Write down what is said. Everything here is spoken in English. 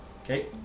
Okay